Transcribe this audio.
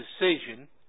decision